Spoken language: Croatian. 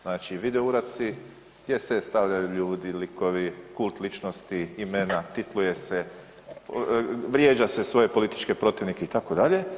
Znači video uradci gdje se stavljaju ljudi, likovi, kult ličnosti, imena, titluje se, vrijeđa se svoje političke protivnike itd.